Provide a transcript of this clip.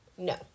No